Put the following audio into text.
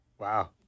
Wow